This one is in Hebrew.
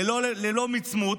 ללא מצמוץ,